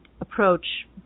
approach